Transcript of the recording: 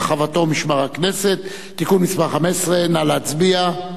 רחבתו ומשמר הכנסת (תיקון מס' 15) נא להצביע.